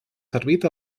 servit